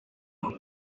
uko